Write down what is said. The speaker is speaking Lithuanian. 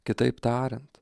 kitaip tariant